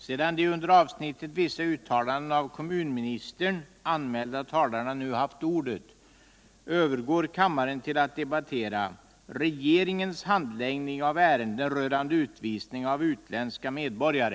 Sedan de under avsnittet Vissa uttalanden av kommunministern anmälda talarna nu haft ordet övergår kammaren till att debattera Regeringens handläggning av ärenden rörande utvisning av utländska medborgare.